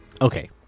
Okay